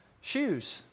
shoes